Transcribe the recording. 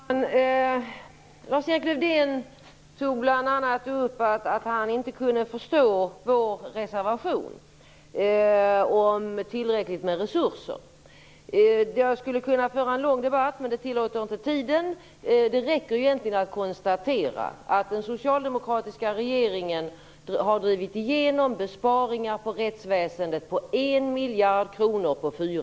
Herr talman! Lars-Erik Lövdén tog bl.a. upp att han inte kunde förstå vår reservation om tillräckligt med resurser. Jag skulle kunna föra en lång debatt, men det tillåter inte tiden. Det räcker egentligen att konstatera att den socialdemokratiska regeringen på fyra år har drivit igenom besparingar på rättsväsendet på en miljard kronor.